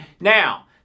Now